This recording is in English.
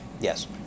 Yes